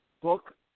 book